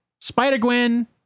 Spider-Gwen